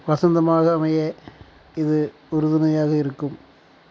வசந்தமாக அமைய இது உறுதுணையாக இருக்கும்